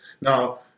Now